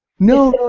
no,